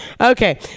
Okay